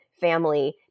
family